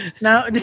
Now